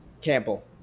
Campbell